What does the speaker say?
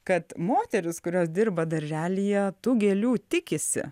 kad moterys kurios dirba darželyje tų gėlių tikisi